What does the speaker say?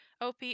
OP